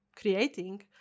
creating